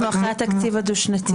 אנחנו אחרי התקציב הדו שנתי.